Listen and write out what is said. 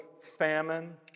Famine